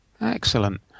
Excellent